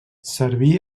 serví